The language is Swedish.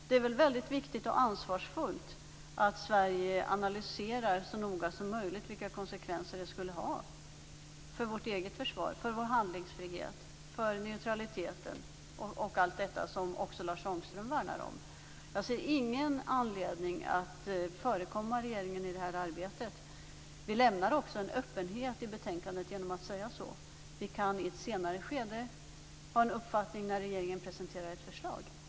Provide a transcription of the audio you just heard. Det är väldigt viktigt och ansvarsfullt att Sverige så noga som möjligt analyserar vilka konsekvenser CFE-avtalet skulle ha för vårt eget försvar, för vår handlingsfrihet, för neutraliteten och för allt det som också Lars Ångström värnar om. Jag ser ingen anledning att förekomma regeringen i detta arbete. Vi lämnar också en öppning i betänkandet genom att vi säger det. Vi kan i ett senare skede ha en uppfattning när regeringen presenterar sitt förslag.